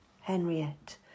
Henriette